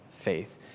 faith